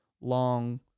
long